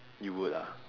you would ah